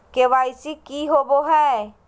KYC की होबो है?